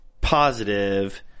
positive